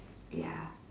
ya